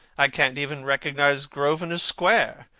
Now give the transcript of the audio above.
i can't even recognize grosvenor square.